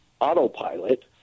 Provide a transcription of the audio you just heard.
autopilot